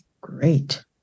great